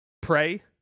pray